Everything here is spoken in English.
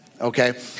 okay